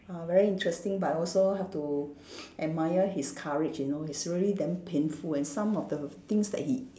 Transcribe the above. uh very interesting but also have to admire his courage you know it's really damn painful and some of the things that he